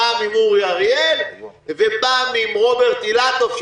פעם עם אורי אריאל ופעם עם רוברט אילטוב,